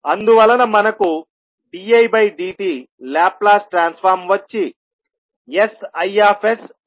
అందువలన మనకు didtలాప్లాస్ ట్రాన్స్ఫార్మ్ వచ్చి sIs iగా వస్తుంది